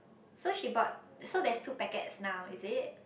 so she bought so there's two packet is now isn't